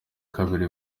kabiri